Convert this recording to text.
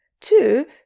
Two